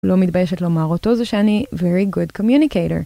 לא מתביישת לומר אותו זה שאני Very Good Communicator.